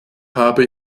habe